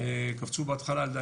קפצו בהתחלה,